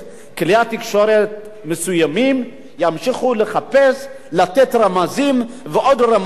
כלי תקשורת מסוימים ימשיכו לחפש ולתת רמזים ועוד רמזים,